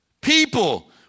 People